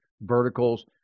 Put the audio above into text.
verticals